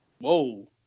Whoa